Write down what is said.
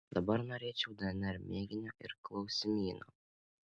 dabar norėčiau dnr mėginio ir klausimyno